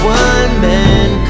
one-man